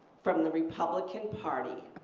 from the republican party?